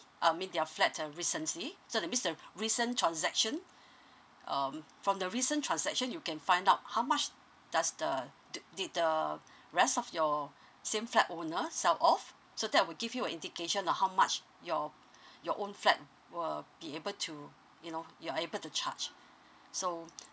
I mean your flights a recency so the recent transaction um from the recent transaction you can find out how much does the did the rest of your same felt owner sell off so that will give you a indication on how much your your own flat uh be able to you know you're able to charge so